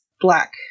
black